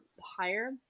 higher